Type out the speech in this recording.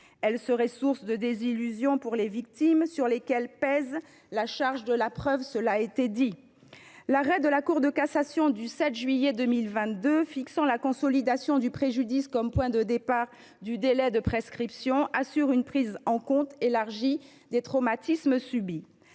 ci serait source de désillusion pour les victimes, sur lesquelles pèse la charge de la preuve. L’arrêt de la Cour de cassation du 7 juillet 2022 fixant la consolidation du préjudice comme point de départ du délai de prescription assure une prise en compte élargie des traumatismes subis.